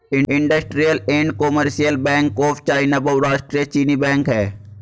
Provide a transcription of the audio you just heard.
industrial and commercial bank of China बहुराष्ट्रीय चीनी bank है